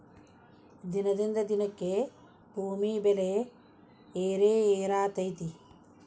ದಿನದಿಂದ ದಿನಕ್ಕೆ ಭೂಮಿ ಬೆಲೆ ಏರೆಏರಾತೈತಿ